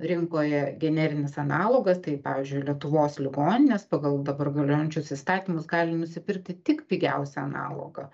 rinkoje generinis analogas tai pavyzdžiui lietuvos ligoninės pagal dabar galiojančius įstatymus gali nusipirkti tik pigiausią analogą